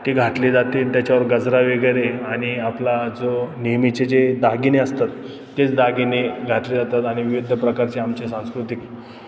ती घातली जाते त्याच्यावर गजरा वगैरे आणि आपला जो नेहमीचे जे दागिने असतात तेच दागिने घातले जातात आणि विविध प्रकारचे आमचे सांस्कृतिक